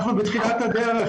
אנחנו בתחילת הדרך.